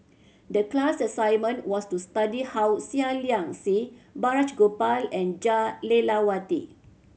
the class assignment was to study how Seah Liang Seah Balraj Gopal and Jah Lelawati